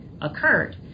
Occurred